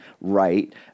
right